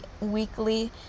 weekly